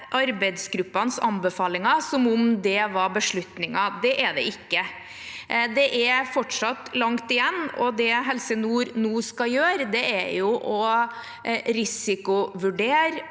arbeidsgruppenes anbefalinger som om de var beslutningen. Det er de ikke. Det er fortsatt langt igjen. Det Helse nord nå skal gjøre, er å risikovurdere